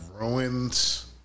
ruins